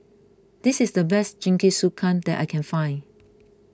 this is the best Jingisukan that I can find